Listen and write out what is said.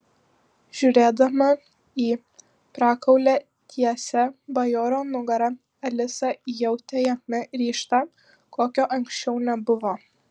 žiūrėdama į prakaulią tiesią bajaro nugarą alisa jautė jame ryžtą kokio anksčiau nebuvo